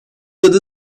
adı